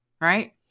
right